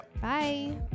Bye